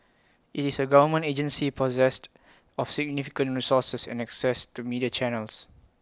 IT is A government agency possessed of significant resources and access to media channels